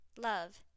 Love